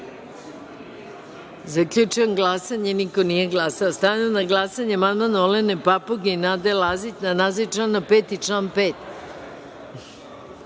5.Zaključujem glasanje: niko nije glasao. Stavljam na glasanje amandman Olene Papuge i Nade Lazić na naziv člana 5. i član